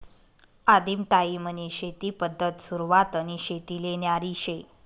आदिम टायीमनी शेती पद्धत सुरवातनी शेतीले न्यारी शे